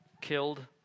killed